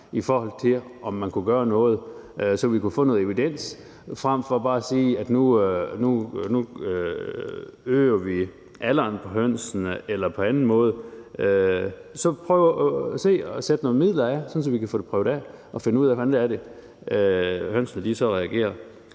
at finde ud af, om man kunne gøre noget, så vi kunne få noget evidens. Frem for bare at sige, at nu øger vi hønsenes alder eller gør noget på anden måde, kunne vi sætte nogle midler af, så vi kan få prøvet det af og finde ud af, hvordan hønsene så reagerer.